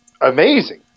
amazing